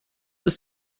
ist